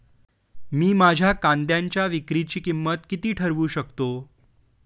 मी माझ्या कांद्यांच्या विक्रीची किंमत किती ठरवू शकतो?